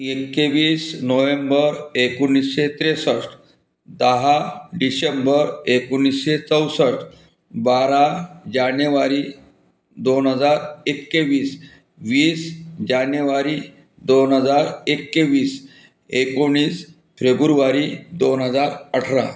एकवीस नोहेंबर एकोणीसशे त्रेसष्ट दहा डिशेंबर एकोणीसशे चौसष्ट बारा जानेवारी दोन हजार एकवीस वीस जानेवारी दोन हजार एकवीस एकोणीस फेबुरवारी दोन हजार अठरा